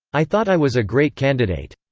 i thought i was a great candidate.